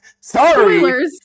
Sorry